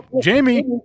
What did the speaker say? jamie